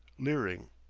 leering,